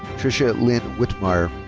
trisha lyn whitmire.